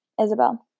Isabel